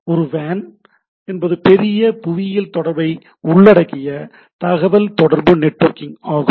ஒரு வேன் என்பது ஒரு பெரிய புவியியல் வெளியை உள்ளடக்கிய தகவல் தொடர்பு நெட்வொர்க்கிங் ஆகும்